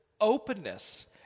openness